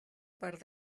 part